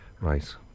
Right